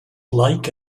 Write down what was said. like